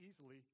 easily